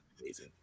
Amazing